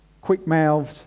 quick-mouthed